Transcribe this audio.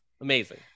amazing